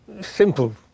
simple